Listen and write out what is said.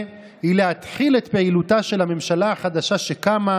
אין לי בעיה עם האיש ודעותיו החשוכות וההזויות האלה,